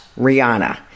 Rihanna